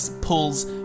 pulls